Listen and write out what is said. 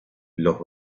los